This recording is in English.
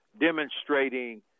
demonstrating